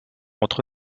entre